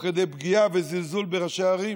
לא מעט פעמים, תוך פגיעה וזלזול בראשי ערים,